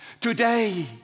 Today